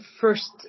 first